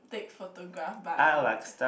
take photograph by a